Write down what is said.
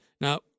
Now